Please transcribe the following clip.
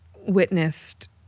witnessed